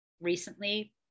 recently